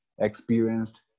experienced